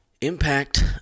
Impact